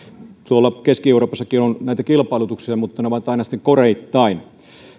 tuolla keski euroopassakin on näitä kilpailutuksia mutta ne ovat aina sitten koreittain